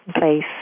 place